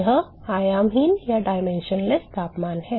यह आयामहीन तापमान है